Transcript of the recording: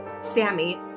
Sammy